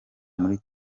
muri